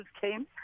came